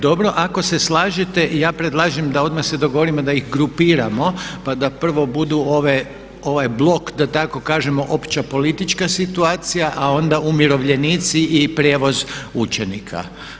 Dobro, ako se slažete, ja predlažem da odmah se dogovorimo da ih grupiramo pa da prvo budu ove, ovaj blok da tako kažemo opća politička situacija a onda umirovljenici i prijevoz učenika.